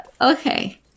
okay